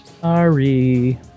Sorry